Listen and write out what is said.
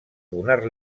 donar